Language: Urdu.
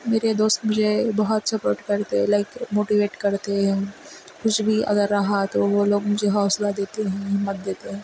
میرے دوست مجھے بہت سپوٹ کرتے لائک موٹیویٹ کرتے ہیں کچھ بھی اگر رہا تو وہ لوگ مجھے حوصلہ دیتے ہیں ہمت دیتے ہیں